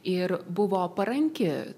ir buvo paranki